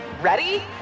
Ready